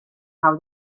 how